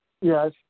Yes